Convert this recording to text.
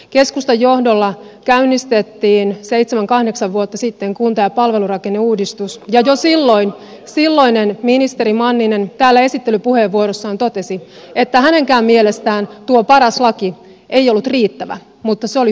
keskustan johdolla käynnistettiin seitsemän kahdeksan vuotta sitten kunta ja palvelurakenneuudistus ja jo silloin silloinen ministeri manninen täällä esittelypuheenvuorossaan totesi että hänenkään mielestään tuo paras laki ei ollut riittävä mutta se oli hyvä alku